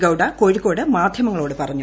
ഗൌഡ കോഴിക്കോട് മാധ്യമങ്ങളോട് പറഞ്ഞു